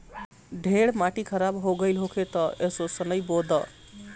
ढेर माटी खराब हो गइल होखे तअ असो सनइ बो दअ